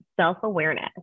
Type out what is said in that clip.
self-awareness